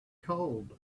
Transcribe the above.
cold